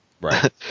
Right